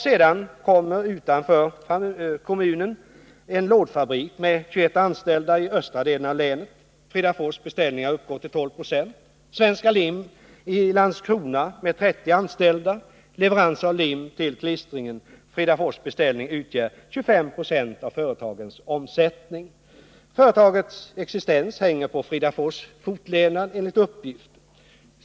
Sedan kommer, utanför kommunen, en lådfabrik med 21 anställda i östra delen av länet. Fridafors beställningar utgör 12 96 av omsättningen. Svenska Lim i Landskrona, med 30 anställda, levererar lim till klistringen. Fridafors beställningar utgör 25 96 av det företagets omsättning, och företagets existens hänger på Fridafors fortlevnad, enligt uppgift.